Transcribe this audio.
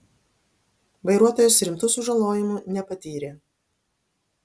vairuotojas rimtų sužalojimų nepatyrė